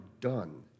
done